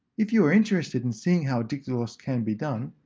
if you are interested in seeing how a dictogloss can be done,